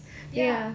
ya